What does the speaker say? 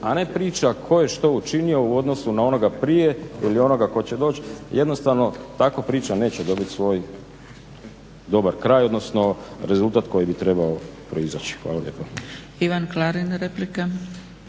a ne priča tko je što učinio u odnosu na onoga prije ili onoga tko će doći, jednostavno tako priča neće dobiti svoj dobar kraj, odnosno rezultat koji bi trebao proizaći. Hvala lijepa. **Zgrebec, Dragica